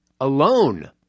alone